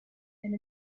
and